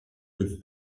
with